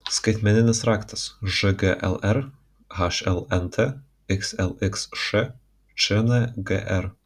skaitmeninis raktas žglr hlnt xlxš čngr